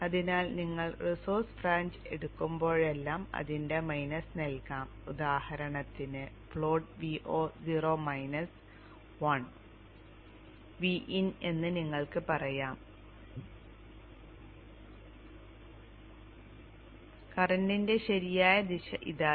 അതിനാൽ നിങ്ങൾ resource branch എടുക്കുമ്പോഴെല്ലാം അതിന്റെ മൈനസ് നൽകാം ഉദാഹരണത്തിന് plot Vo 0 minus I Vin എന്ന് നിങ്ങൾക്ക് പറയാം കറന്റിന്റെ ശരിയായ ദിശ ഇതായിരുന്നു